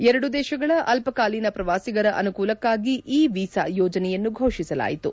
ಎರಡೂ ದೇಶಗಳ ಅಲ್ವಕಾಲೀನ ಪ್ರವಾಸಿಗರ ಅನುಕೂಲಕ್ಷಾಗಿ ಇ ವೀಸಾ ಯೋಜನೆಯನ್ನು ಘೋಷಿಸಲಾಯಿತು